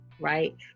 right